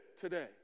today